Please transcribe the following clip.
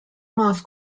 math